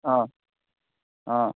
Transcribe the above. অঁ অঁ